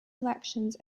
elections